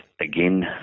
again